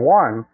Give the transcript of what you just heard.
one